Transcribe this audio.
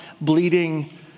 bleeding